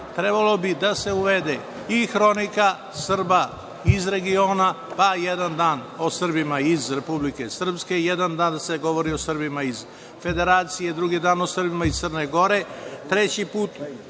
trebalo bi da se uvede i hronika Srba iz regiona, pa jedan dan o Srbima iz Republike Srpske, jedan dan da se govori o Srbima iz Federacije, drugi dan o Srbima iz Crne Gore,